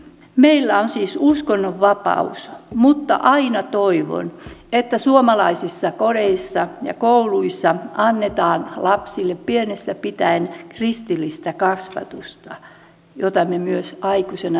meillä on siis uskonnonvapaus mutta aina toivon että suomalaisissa kodeissa ja kouluissa annetaan lapsille pienestä pitäen kristillistä kasvatusta jota me myös aikuisena jatkamme